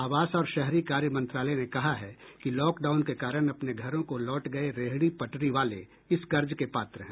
आवास और शहरी कार्य मंत्रालय ने कहा है कि लॉकडाउन के कारण अपने घरों को लौट गये रेहड़ी पटरी वाले इस कर्ज के पात्र है